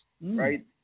right